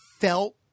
felt